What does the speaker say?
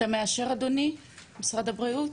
אתה מאשר אדוני, ממשרד הבריאות?